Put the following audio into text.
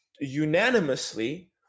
unanimously